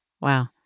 Wow